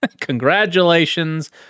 Congratulations